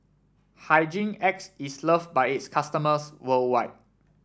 Hygin X is loved by its customers worldwide